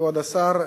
כבוד השר,